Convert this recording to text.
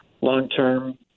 long-term